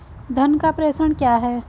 धन का प्रेषण क्या है?